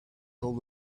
told